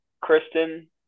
Kristen